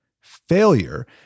Failure